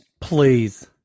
Please